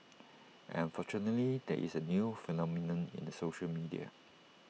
and unfortunately there is A new phenomenon in the social media